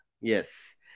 Yes